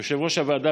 יושב-ראש הוועדה,